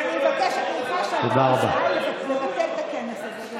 ואני מבקשת ממך שאתה תפעל לבטל את הכנס הזה.